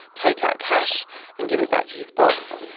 take out cash and give it back to his boss.